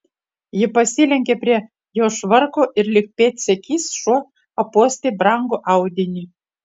ji pasilenkė prie jo švarko ir lyg pėdsekys šuo apuostė brangų audinį